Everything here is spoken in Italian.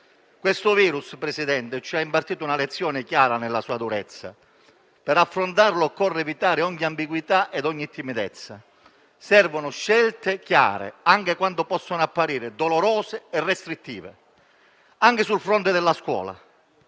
Questo virus, Presidente, ci ha impartito una lezione chiara nella sua durezza: per affrontarlo occorre evitare ogni ambiguità ed ogni timidezza, servono scelte chiare anche quando possono apparire dolorose e restrittive. Anche sul fronte della scuola;